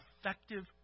effective